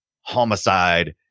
homicide